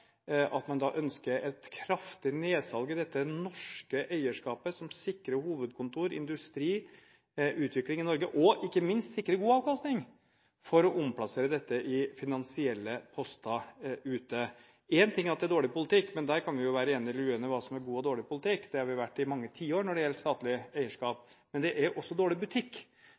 ønsker et kraftig nedsalg i dette norske eierskapet som sikrer hovedkontor, industri og utvikling i Norge, og som ikke minst sikrer god avkastning for å omplassere dette i finansielle poster ute. En ting er at det er dårlig politikk – vi kan være enige eller uenige om hva som er god, og hva som er dårlig politikk, det har vi vært i mange tiår når det gjelder statlig eierskap – men det er også dårlig butikk,